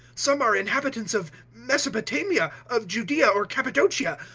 some are inhabitants of mesopotamia, of judaea or cappadocia,